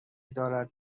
دارد